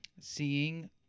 seeing